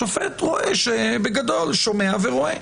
שופט רואה בגדול שהוא שומע ורואה.